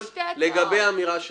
לגבי האמירה שלך,